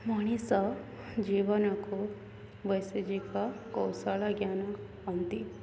ମଣିଷ ଜୀବନକୁ କୌଶଳ ଜ୍ଞାନ କୁହନ୍ତି